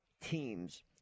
teams